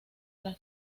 las